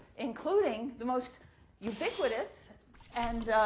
including the most ubiquitous and,